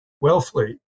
Wellfleet